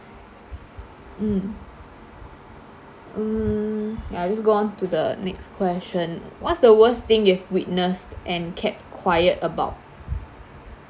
mm um ya just go on to the next question what's the worst thing you've witnessed and kept quiet about